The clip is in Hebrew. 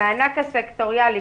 המענק הסקטוריאלי.